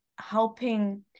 helping